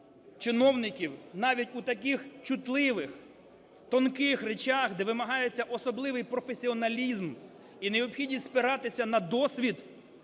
чиновників, навіть у таких чутливих, тонких речах, де вимагається особливий професіоналізм і необхідність спиратися на досвід